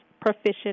proficient